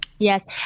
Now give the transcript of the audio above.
Yes